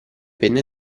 penne